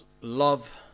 love